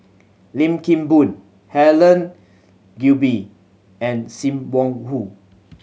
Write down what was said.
Lim Kim Boon Helen Gilbey and Sim Wong Hoo